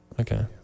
Okay